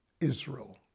Israel